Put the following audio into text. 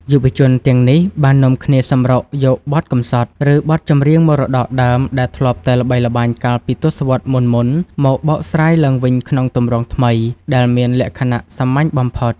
យុវជនទាំងនេះបាននាំគ្នាសម្រុកយកបទកម្សត់ ឬបទចម្រៀងមរតកដើម ដែលធ្លាប់តែល្បីល្បាញកាលពីទសវត្សរ៍មុនៗ មកបកស្រាយឡើងវិញក្នុងទម្រង់ថ្មី ដែលមានលក្ខណៈសាមញ្ញបំផុត។